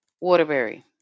Waterbury